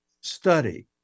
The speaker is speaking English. study